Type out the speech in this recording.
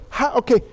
okay